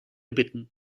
bitten